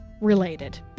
related